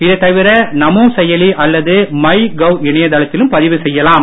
இதைத் தவிர நமோ செயலி அல்லது மை கவ் இணையதளத்திலும் பதிவு செய்யலாம்